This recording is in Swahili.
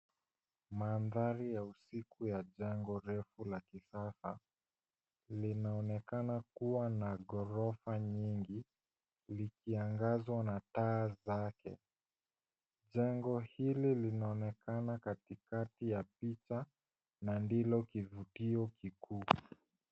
Mandhari ya usiku ya jengo refu la kisasa, linaonekana kuwa na ghorofa nyingi likiangazwa na taa zake. Jengo hili linaonekana katikati ya picha na ndilo kivutio kikubwa.